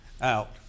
out